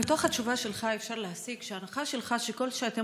מתוך התשובה שלך אפשר להסיק שההנחה שלך היא שככל שאתם